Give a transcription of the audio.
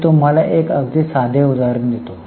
मी तुम्हाला एक अगदी साधे उदाहरण देतो